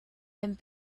and